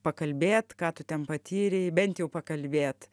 pakalbėt ką tu ten patyrei bent jau pakalbėt